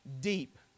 deep